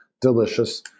Delicious